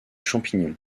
champignon